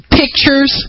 pictures